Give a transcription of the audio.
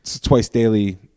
twice-daily